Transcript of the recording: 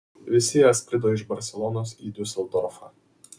visi jie skrido iš barselonos į diuseldorfą